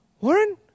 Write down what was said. Warren